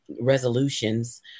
resolutions